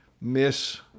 miss